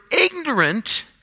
ignorant